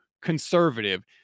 conservative